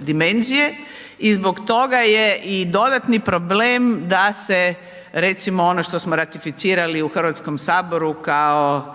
dimenzije i zbog toga je i dodatni problem da se, recimo ono što smo ratificirali u HS kao